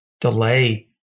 delay